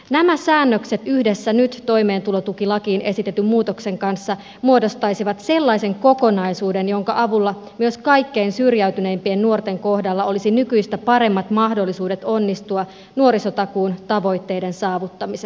nämä säännökset yhdessä nyt toimeentulotukilakiin esitetyn muutoksen kanssa muodostaisivat sellaisen kokonaisuuden jonka avulla myös kaikkein syrjäytyneimpien nuorten kohdalla olisi nykyistä paremmat mahdollisuudet onnistua nuorisotakuun tavoitteiden saavuttamisessa